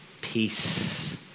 Peace